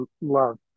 love